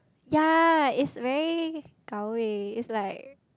yea it's very 高位 it's like